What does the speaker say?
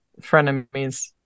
frenemies